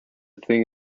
thing